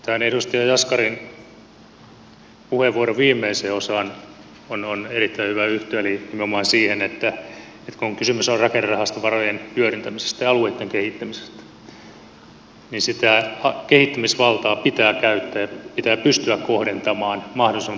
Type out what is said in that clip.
tähän edustaja jaskarin puheenvuoron viimeiseen osaan on erittäin hyvä yhtyä eli nimenomaan siihen että kun kysymys on rakennerahastovarojen hyödyntämisestä ja alueitten kehittämisestä niin sitä kehittämisvaltaa pitää käyttää ja pitää pystyä kohdentamaan mahdollisimman paljon alueille itselleen